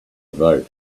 vote